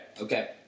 Okay